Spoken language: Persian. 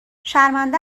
شرمنده